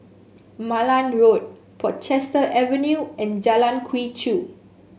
Malan Road Portchester Avenue and Jalan Quee Chew